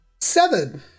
seven